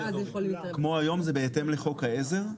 כמו היום זה בהתאם לחוק העזר.